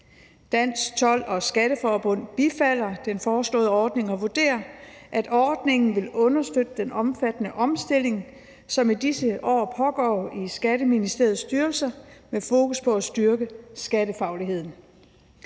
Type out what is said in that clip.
Dansk Told & Skatteforbund bifalder den foreslåede ordning og vurderer, at ordningen vil understøtte den omfattende omstilling, som i disse år pågår i Skatteministeriets styrelser, med fokus på at styrke skattefagligheden.